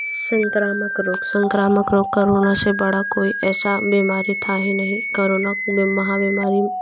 संक्रामक रोग संक्रामक रोग करोना से बड़ा कोई ऐसा बीमारी था ही नहीं करोना को भी महाबीमारी